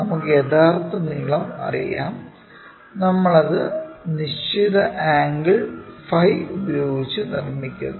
നമുക്ക് യഥാർത്ഥ നീളം അറിയാം നമ്മൾ അത് നിശ്ചിത ആംഗിൾ ഫൈ ഉപയോഗിച്ച് നിർമ്മിക്കുന്നു